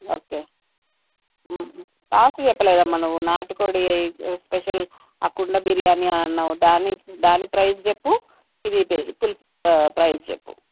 okay cost చెప్పలేదమ్మ నువ్వు నాటు కోడి ఎ స్పెషల్ కుండ బిర్యానీ అన్నావు దాని దాని ప్రైస్ చెప్పు ఇది పులుసు ప్రైస్ చెప్పు